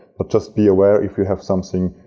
but just be aware if you have something